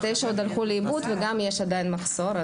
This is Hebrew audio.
תשע עוד הלכו לאיבוד, וגם יש עדיין מחסור.